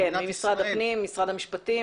כן, ממשרד הפנים, משרד המשפטים.